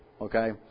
Okay